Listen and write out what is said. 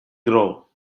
grow